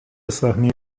sahneye